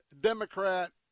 Democrat